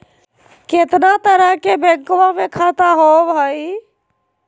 कितना तरह के बैंकवा में खाता होव हई?